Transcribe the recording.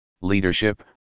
leadership